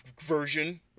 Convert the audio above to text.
version